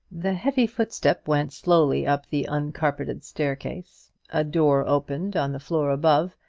the heavy footsteps went slowly up the uncarpeted staircase, a door opened on the floor above,